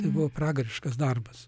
tai buvo pragariškas darbas